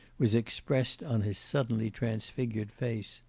was expressed on his suddenly transfigured face.